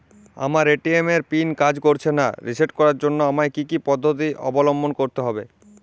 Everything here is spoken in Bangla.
আমার এ.টি.এম এর পিন কাজ করছে না রিসেট করার জন্য আমায় কী কী পদ্ধতি অবলম্বন করতে হবে?